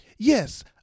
Yes